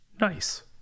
Nice